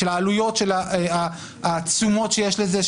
של העלויות העצומות שיש לזה?